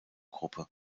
gruppe